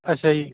ਅੱਛਾ ਜੀ